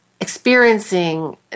experiencing